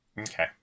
Okay